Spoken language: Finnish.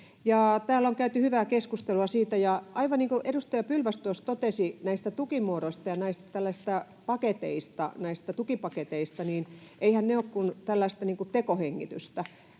Täällä on käyty hyvää keskustelua siitä. Aivan niin kuin edustaja Pylväs tuossa totesi näistä tukimuodoista ja tällaisista tukipaketeista, eiväthän ne ole kuin tekohengitystä,